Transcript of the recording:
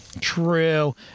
True